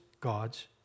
God's